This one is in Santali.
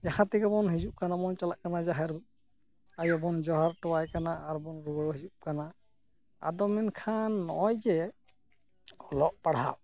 ᱡᱟᱦᱟᱸ ᱛᱮᱜᱮ ᱵᱚᱱ ᱦᱤᱡᱩᱜ ᱠᱟᱱᱟ ᱵᱚᱱ ᱪᱟᱞᱟᱜ ᱠᱟᱱᱟ ᱵᱚᱱ ᱡᱟᱦᱮᱨᱟᱭᱚ ᱵᱚᱱ ᱡᱚᱦᱟᱨ ᱦᱚᱴᱚᱣᱟᱭ ᱠᱟᱱᱟ ᱟᱨᱵᱚᱱ ᱨᱩᱣᱟᱹᱲ ᱦᱤᱡᱩᱜ ᱠᱟᱱᱟ ᱟᱫᱚ ᱢᱮᱱᱠᱷᱟᱱ ᱱᱚᱜᱼᱚᱭ ᱡᱮ ᱚᱞᱚᱜ ᱯᱟᱲᱦᱟᱣ